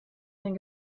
den